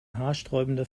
haarsträubender